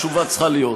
תשובה צריכה להיות.